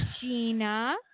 Gina